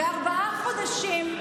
בארבעה חודשים,